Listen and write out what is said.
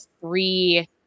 three